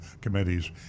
committees